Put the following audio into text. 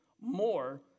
more